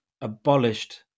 abolished